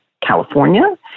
California